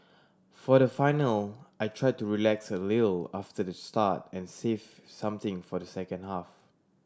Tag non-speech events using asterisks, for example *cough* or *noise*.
for the final I try to relax a *unintelligible* after the start and save something for the second half